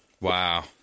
Wow